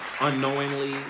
unknowingly